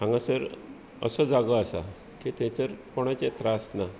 हांगासर असो जागो आसा की थंयसर कोणाचे त्रास ना